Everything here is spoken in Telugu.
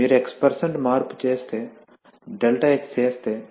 మీరు x మార్పు చేస్తే ∆x చేస్తే